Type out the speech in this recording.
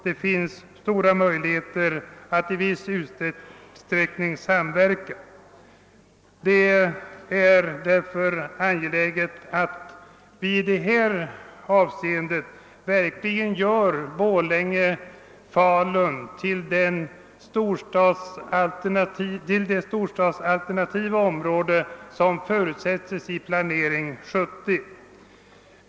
Det finns goda möjligheter att i viss utsträckning samverka, och det är därför angeläget att vi i detta avseende verkligen gör Falun-Borlänge till det storstadsalternativa område som förutsätts i plan 70.